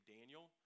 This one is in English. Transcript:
Daniel